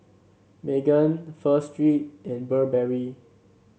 Megan Pho Street and Burberry